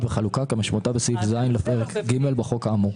וחלוקה כמשמעותה בסימן ז' לפרק ג' בחוק האמור.